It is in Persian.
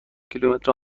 کیلومتر